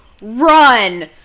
run